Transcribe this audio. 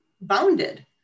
bounded